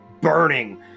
burning